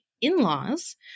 in-laws